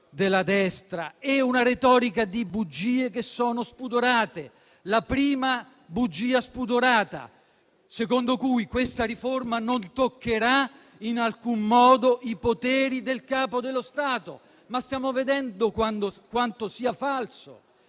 una retorica di bugie che sono spudorate. La prima bugia spudorata è quella secondo cui questa riforma non toccherà in alcun modo i poteri del Capo dello Stato: stiamo vedendo quanto sia falso!